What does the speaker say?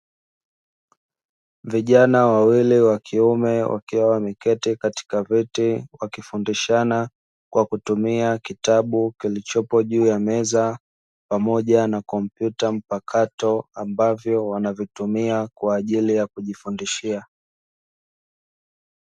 Vijana wawili wa kiume wakiwa wameketi katika viti, wakifundishana kwa kutumia kitabu kilichopo juu ya meza, pamoja na kompyuta mpakato, ambavyo wanavitumia kwa ajili ya kujifundishia.